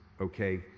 okay